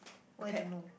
why don't know